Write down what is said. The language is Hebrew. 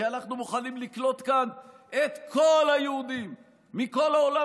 כי אנחנו מוכנים לקלוט כאן את כל היהודים מכל העולם,